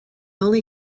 only